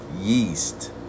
yeast